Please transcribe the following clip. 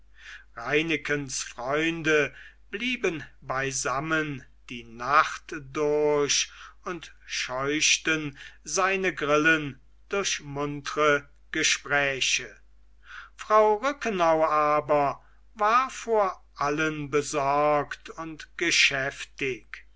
reinekens freunde blieben beisammen die nacht durch und scheuchten seine grillen durch muntre gespräche frau rückenau aber war vor allen besorgt und geschäftig